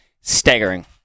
Staggering